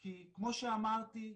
כי כמו שאמרתי,